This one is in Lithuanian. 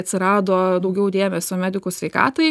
atsirado daugiau dėmesio medikų sveikatai